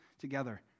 together